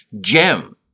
gem